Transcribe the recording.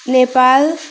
Nepal